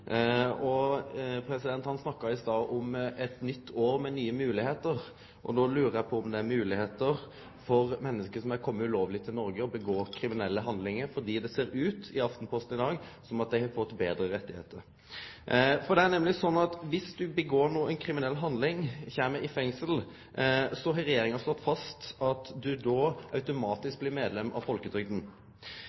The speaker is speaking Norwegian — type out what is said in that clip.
Han snakka i stad om eit nytt år med nye moglegheiter. Då lurer eg på om det er moglegheiter for menneske som er komne ulovleg til Noreg og gjer seg skuldige i kriminelle handlingar, for det ser i Aftenposten i dag ut som om dei har fått betre rettar. Det er nemleg sånn no at viss ein gjer ei kriminell handling, og kjem i fengsel, så har Regjeringa slått fast at då blir ein automatisk medlem av folketrygda.